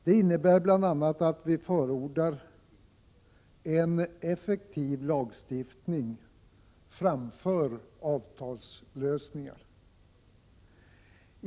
Det innebär bl.a. att vi förordar en effektiv lagstiftning framför avtalslösningar.